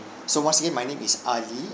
so once again my name is ali